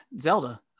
Zelda